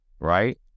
right